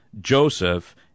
Joseph